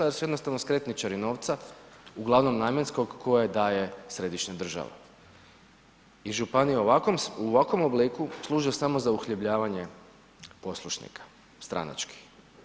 Jer su jednostavno skretničari novca, uglavnom namjenskog koje daje središnja država, i Županije u ovakvom obliku služe samo za uhljebljavanje poslušnika stranačkih.